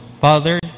Father